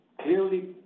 clearly